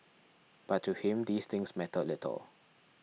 but to him these things mattered little